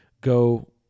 go